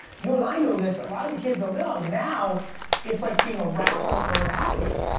you and i know this, a lot of the kids don't know. now it's like being a rapper or an athlete. yeah